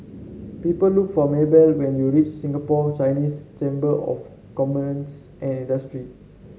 people look for Mabell when you reach Singapore Chinese Chamber of Commerce and Industry